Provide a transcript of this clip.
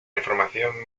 información